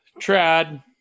trad